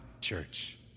church